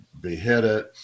beheaded